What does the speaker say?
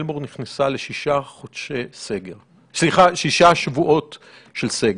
מלבורן נכנסה לשישה שבועות של סגר.